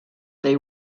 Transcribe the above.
they